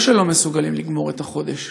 לא שלא מסוגלים לגמור את החודש,